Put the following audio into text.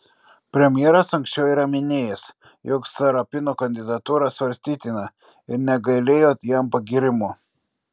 premjeras anksčiau yra minėjęs jog sarapino kandidatūra svarstytina ir negailėjo jam pagyrimų